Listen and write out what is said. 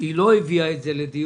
היא לא הביאה את זה לדיון.